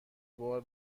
بار